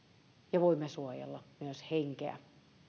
ja voimme suojella myös henkeä